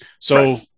So-